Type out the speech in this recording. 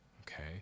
Okay